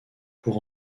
pour